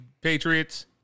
Patriots